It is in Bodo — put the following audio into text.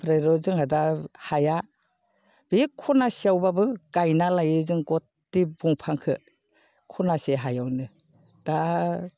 ओमफ्राय र' जोंहा दा हाया बे खनासेयावबाबो गायना लायो जों गत्ते दंफांखौ खनासे हायावनो दा